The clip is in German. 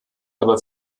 aber